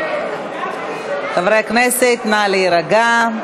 חברי הכנסת, נא להירגע.